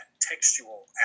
textual